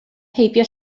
heibio